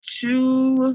two